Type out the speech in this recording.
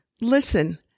listen